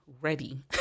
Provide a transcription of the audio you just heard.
ready